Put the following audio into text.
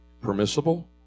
Permissible